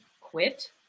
quit